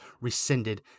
rescinded